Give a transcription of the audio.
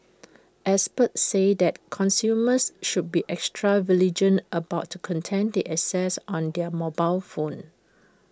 experts say that consumers should be extra vigilant about content they access on their mobile phone